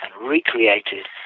recreated